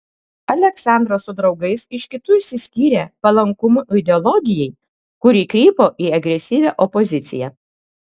aleksandras su draugais iš kitų išsiskyrė palankumu ideologijai kuri krypo į agresyvią opoziciją